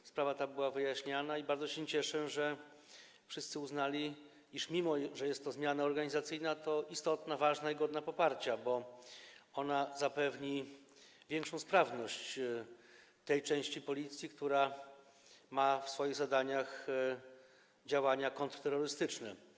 Ta sprawa była wyjaśniana i bardzo się cieszę, że wszyscy uznali, iż mimo że jest to zmiana organizacyjna, to jest ona istotna, ważna i godna poparcia, bo pozwoli zapewnić większą sprawność tej części Policji, która ma w zakresie swoich zadań działania kontrterrorystyczne.